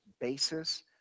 basis